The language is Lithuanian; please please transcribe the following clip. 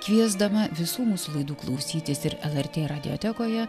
kviesdama visų mūsų laidų klausytis ir lrt radijotekoje